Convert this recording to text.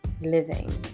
living